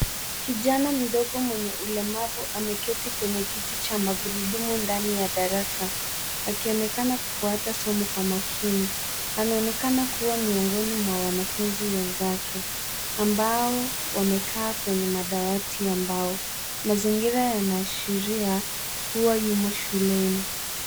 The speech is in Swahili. Kijana mdogo mwenye ulemavu ameketi kwenye kiti cha magurudumu ndani ya darasa akionekana kufuata somo kwa makini. Anaonekana kuwa miongoni mwa wanafunzi wenzake ambao wamekaa kwenye madawati ya mbao. Mazingira yanaashiria kuwa yumo shuleni.